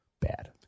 bad